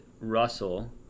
Russell